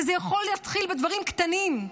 וזה יכול להתחיל בדברים קטנים,